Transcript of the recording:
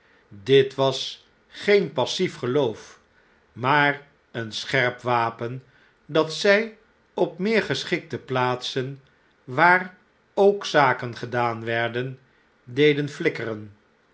dit was geen passief geloof maar een scherp wapen dat zjj op meer geschikte plaatsen waar ook zaken gedaan werden deden flikkeren